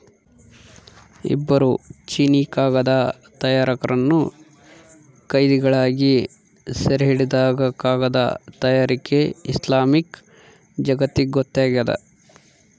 ಇಬ್ಬರು ಚೀನೀಕಾಗದ ತಯಾರಕರನ್ನು ಕೈದಿಗಳಾಗಿ ಸೆರೆಹಿಡಿದಾಗ ಕಾಗದ ತಯಾರಿಕೆ ಇಸ್ಲಾಮಿಕ್ ಜಗತ್ತಿಗೊತ್ತಾಗ್ಯದ